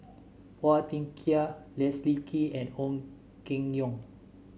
Phua Thin Kiay Leslie Kee and Ong Keng Yong